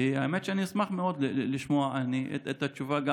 האמת שאני אשמח מאוד לשמוע את התשובה,